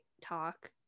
talk